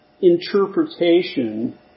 interpretation